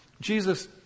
Jesus